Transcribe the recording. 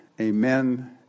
amen